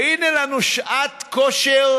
והינה לנו שעת כושר,